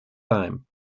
time